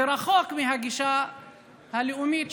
ורחוק מהגישה הלאומית,